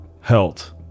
health